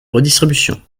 redistribution